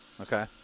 okay